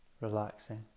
relaxing